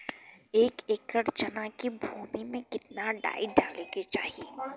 एक एकड़ चना के भूमि में कितना डाई डाले के चाही?